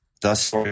Thus